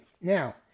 Now